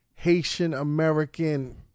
Haitian-American